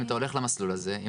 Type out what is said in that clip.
אם אתה הולך למסלול הזה או לא.